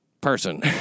person